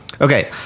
Okay